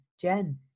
jen